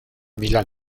milán